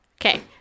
Okay